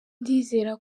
ndizera